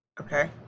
Okay